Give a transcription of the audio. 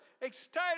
excited